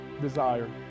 desire